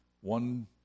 One